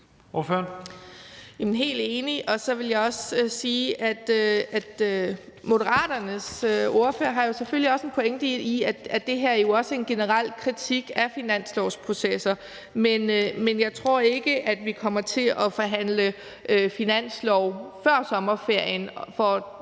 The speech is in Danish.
sige, at Moderaternes ordfører selvfølgelig har en pointe i, at det her jo også er en generel kritik af finanslovsprocesser, men jeg tror ikke, at vi kommer til at forhandle finanslov før sommerferien.